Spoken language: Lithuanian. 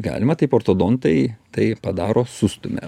galima taip ortodontai tai padaro sustumia